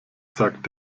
sagt